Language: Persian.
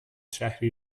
شهری